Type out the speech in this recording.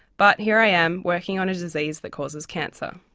but here i am, working on a disease that causes cancer.